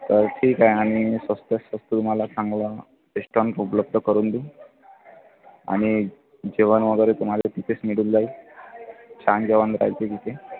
तर ठीक आहे न मी स्वस्तात स्वस्त तुम्हाला चांगलं रेस्टॉरंट उपलब्ध करून देऊ आणि जेवण वगैरे तुम्हाला तिथेच मिळून जाईल छान जेवण राहाते तिथे